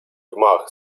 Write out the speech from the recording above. gmach